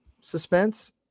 suspense